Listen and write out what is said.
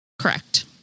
Correct